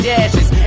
Dashes